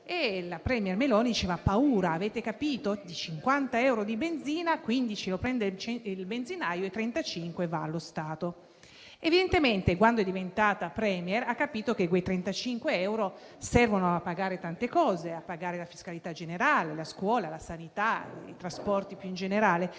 *premier* Meloni diceva: paura, avete capito? Di 50 euro di benzina, 15 li prende il benzinaio e 35 vanno allo Stato. Evidentemente, quando è diventata *Premier*, ha capito che quei 35 euro servono a pagare tante cose (la fiscalità generale, la scuola, la sanità e i trasporti) e ha pensato,